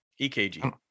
EKG